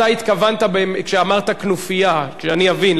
אתה התכוונת כשאמרת "כנופיה" שאני אבין,